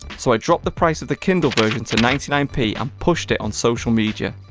so i dropped the price of the kindle version to ninety nine p. and pushed it on social media.